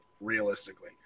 Realistically